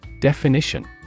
Definition